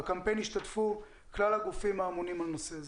בקמפיין ישתתפו כלל הגופים האמונים על נושא זה.